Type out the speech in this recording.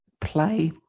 play